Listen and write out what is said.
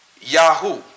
Yahoo